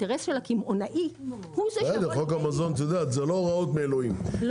שיכול --- בסדר חוק המזון אלו לא הוראות מאלוהים,